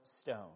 stone